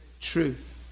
truth